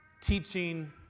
teaching